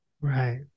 Right